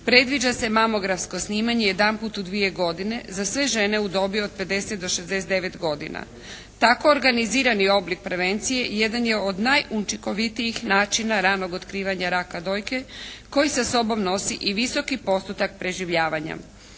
predviđa se mamografsko snimanje jedanput u dvije godine za sve žene u dobi od 50 do 69 godina. Tako organizirani oblik prevencije jedan je od najučinovitijih načina ranog otkrivanja raka dojke koji sa sobom nosi i visoki postupak preživljavanja.